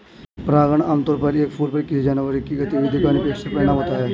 परागण आमतौर पर एक फूल पर किसी जानवर की गतिविधि का अनपेक्षित परिणाम होता है